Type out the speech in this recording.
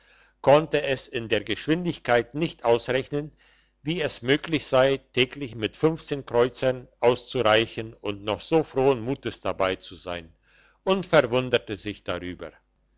konnte es in der geschwindigkeit nicht ausrechnen wie es möglich sei täglich mit kreuzern auszureichen und noch so frohen mutes dabei zu sein und verwunderte sich darüber